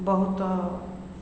ବହୁତ